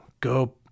go